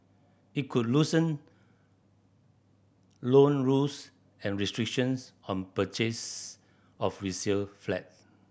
it could loosen loan rules and restrictions on purchase of resale flat